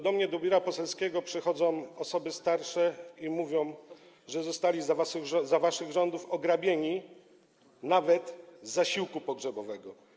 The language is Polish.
Do mnie do biura poselskiego przychodzą osoby starsze i mówią, że zostały za waszych rządów ograbione nawet z zasiłku pogrzebowego.